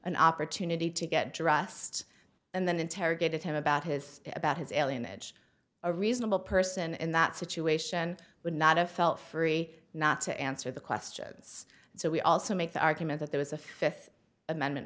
an opportunity to get dressed and then interrogated him about his about his alien edge a reasonable person in that situation would not a felt free not to answer the questions so we also make the argument that there was a fifth amendment